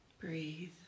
Breathe